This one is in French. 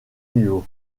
niveaux